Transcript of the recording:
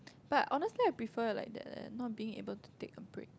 but honestly I prefer like that leh not being able to take a break